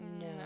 No